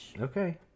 Okay